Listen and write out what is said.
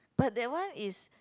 but that one is